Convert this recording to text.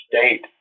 state